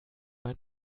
mein